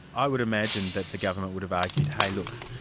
i would imagine that the government would have argued, hey look,